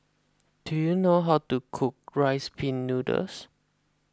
do you know how to cook Rice Pin Noodles